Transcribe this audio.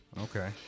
Okay